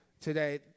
today